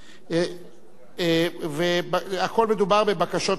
הכול מדובר בבקשות רשות דיבור ולא בהסתייגויות.